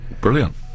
Brilliant